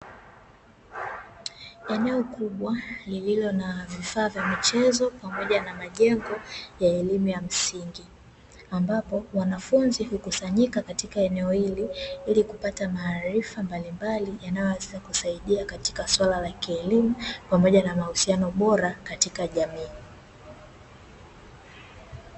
Eneo kubwa lililo na vifaa vya michezo pamoja na majengo ya elimu ya msingi, ambapo wanafunzi hukusanyika katika eneo hili ili kupata maarifa mbalimbali yanayoweza kuwasaidia katika suala la kielimu, pamoja na mahusiano bora katika jamii.